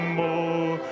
more